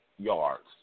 Yards